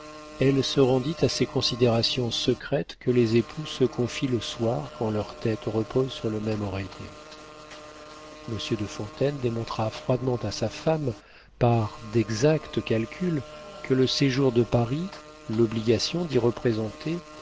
elle se rendit à ces considérations secrètes que les époux se confient le soir quand leurs têtes reposent sur le même oreiller monsieur de fontaine démontra froidement à sa femme par d'exacts calculs que le séjour de paris l'obligation d'y représenter